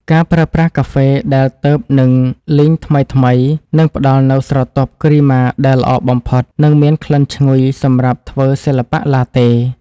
ការប្រើប្រាស់កាហ្វេដែលទើបនឹងលីងថ្មីៗនឹងផ្តល់នូវស្រទាប់គ្រីម៉ាដែលល្អបំផុត និងមានក្លិនឈ្ងុយសម្រាប់ធ្វើសិល្បៈឡាតេ។